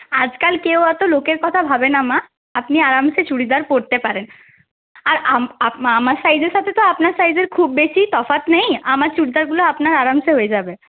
আজকাল কেউ অতো লোকের কথা ভাবে না মা আপনি আরামসে চুড়িদার পরতে পারেন আর আমার সাইজের সাথে তো আপনার সাইজের খুব বেশি তফাৎ নেই আমার চুড়িদারগুলো আপনার আরামসে হয়ে যাবে